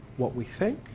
what we think,